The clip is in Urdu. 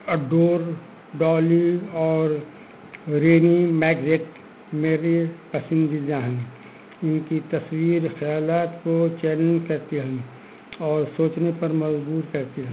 اڈور ڈالی اور رینی میگزیٹ میرے پسندیدہ ہیں ان کی تصویر خیالات کو چیلنج کرتے ہیں اور سوچنے پر مجبور کرتے ہیں